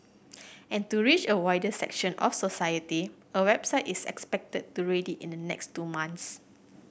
and to reach a wider section of society a website is expected to ready in the next two months